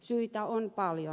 syitä on paljon